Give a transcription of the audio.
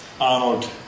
Arnold